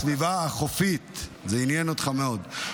זה עניין אותך מאוד.